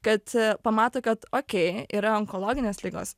kad pamato kad okei yra onkologinės ligos